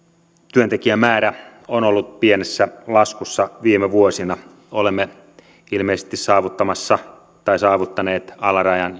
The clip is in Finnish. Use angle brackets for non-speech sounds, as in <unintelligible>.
työntekijämäärä on ollut pienessä laskussa viime vuosina olemme ilmeisesti saavuttamassa tai saavuttaneet alarajan <unintelligible>